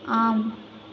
ஆம்